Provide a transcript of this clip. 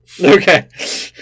Okay